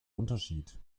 unterschied